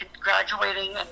graduating